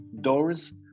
doors